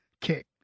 kick